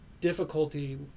difficulty